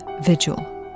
Vigil